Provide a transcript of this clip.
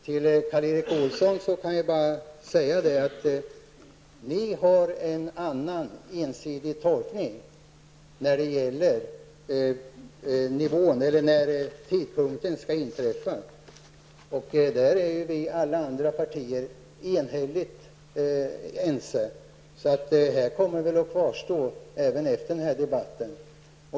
Till Karl Erik Olsson vill jag bara säga att ni har en annan, ensidig tolkning i fråga om när tidpunkten skall inträffa. I den frågan är alla andra partier enhälligt ense, så den här situationen kommer väl att kvarstå även efter dagens debatt.